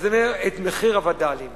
אז אני אומר: את מחיר הווד"לים קחו,